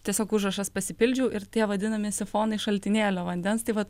tiesiog užrašas pasipildžiau ir tie vadinami sifonai šaltinėlio vandens tai va